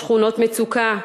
שכונות מצוקה,